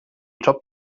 job